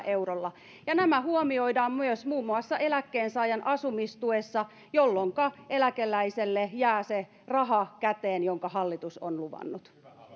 eurolla ja nämä huomioidaan myös muun muassa eläkkeensaajan asumistuessa jolloinka eläkeläiselle jää käteen se raha jonka hallitus on luvannut